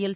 L